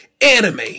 anime